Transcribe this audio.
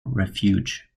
refuge